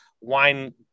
wine